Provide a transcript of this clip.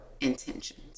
intentions